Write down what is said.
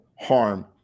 harm